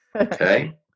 Okay